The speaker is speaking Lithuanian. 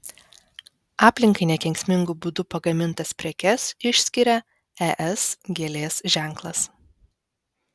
aplinkai nekenksmingu būdu pagamintas prekes išskiria es gėlės ženklas